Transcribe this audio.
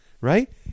right